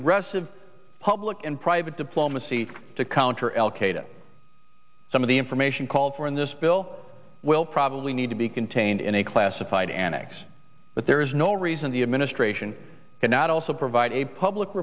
aggressive public and private diplomacy to counter al qaeda some of the information call for in this bill will probably need to be contained in a classified annex but there is no reason the administration cannot also provide a public